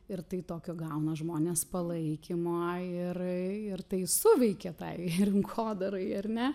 ir tai tokio gauna žmonės palaikymo ai ir ir tai suveikia tai rinkodarai ar ne